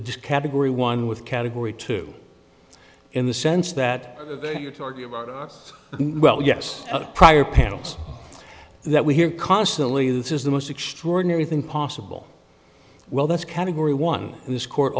disc category one with category two in the sense that they are talking about us well yes of prior panels that we hear constantly this is the most extraordinary thing possible well that's category one this court